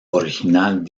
original